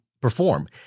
perform